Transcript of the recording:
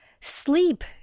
sleep